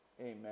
Amen